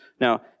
Now